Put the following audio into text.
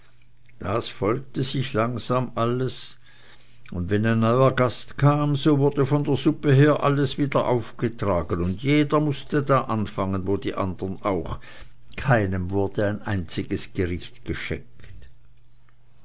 das folgte sich langsam alles und wenn ein neuer gast kam so wurde von der suppe her alles wieder aufgetragen und jeder mußte da anfangen wo die andern auch keinem wurde ein einziges gericht geschenkt